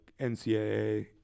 NCAA